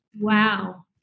Wow